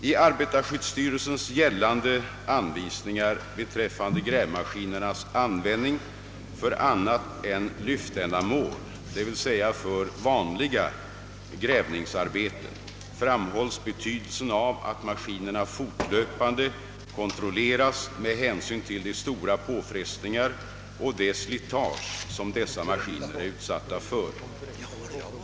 I arbetarskyddsstyrelsens gällande anvisningar beträffande grävmaskinernas användning för annat än lyftändamål, dvs. för vanliga grävningsarbeten, framhålls betydelsen av att maskinerna fortlöpande kontrolleras med hänsyn till de stora påfrestningar och det slitage som dessa maskiner är utsatta för.